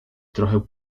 trochę